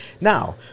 Now